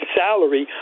salary